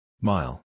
Mile